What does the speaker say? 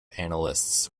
analysts